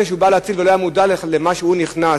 שהוא בא להציל ולא היה מודע למה שהוא נכנס,